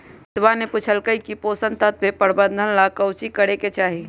मोहितवा ने पूछल कई की पोषण तत्व प्रबंधन ला काउची करे के चाहि?